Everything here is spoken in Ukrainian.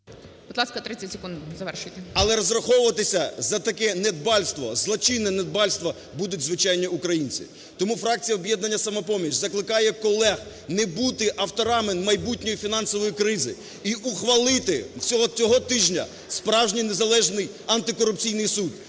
…але розраховуватись за таке недбальство, злочинне недбальство, будуть звичайні українці. Тому фракція "Об'єднання "Самопоміч" закликає колег не бути авторами майбутньої фінансової кризи і ухвалити цього тижня справжній незалежний антикорупційний суд,